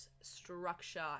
structure